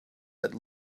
that